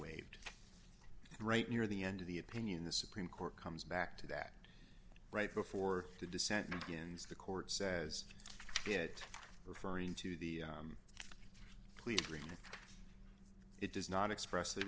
waived right near the end of the opinion the supreme court comes back to that right before the dissent begins the court says it referring to the plea agreement it does not express they